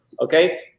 Okay